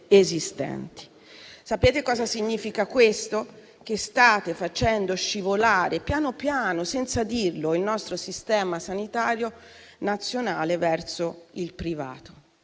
Sapete cosa significa questo? Che state facendo scivolare, piano, piano, senza dirlo, il nostro sistema sanitario nazionale verso il privato.